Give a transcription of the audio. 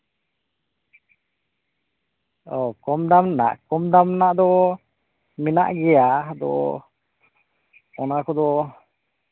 ᱚ ᱠᱚᱢ ᱫᱟᱢ ᱨᱮᱭᱟᱜ ᱠᱚᱢ ᱫᱟᱢ ᱨᱮᱭᱟᱜ ᱫᱚ ᱢᱮᱱᱟᱜ ᱜᱮᱭᱟ ᱟᱫᱚ ᱚᱱᱟ ᱠᱚᱫᱚ